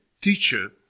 teacher